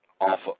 off